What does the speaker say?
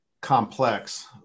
complex